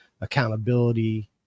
accountability